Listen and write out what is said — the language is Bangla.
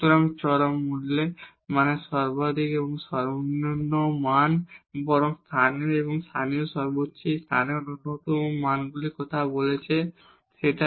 সুতরাং এক্সট্রিম ভালু মানে সর্বাধিক এবং সর্বনিম্ন মান বা বরং স্থানীয় আমরা লোকাল ম্যাক্সিমা এবং লোকাল মিনিমা মানগুলির কথা বলছি সেটা এই বিন্দু P a b